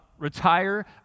retire